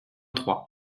trois